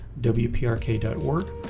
WPRK.org